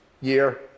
year